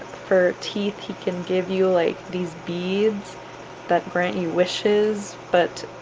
for teeth he can give you like these beads that grant you wishes but